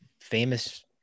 famous